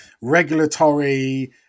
regulatory